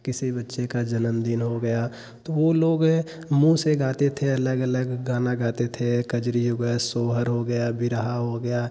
किसी बच्चे का जन्मदिन हो गया तो वह लोग हैं मुंह से गाते थे अलग अलग गाना गाते थे कजरी हो गया सोहर हो गया बिरहा हो गया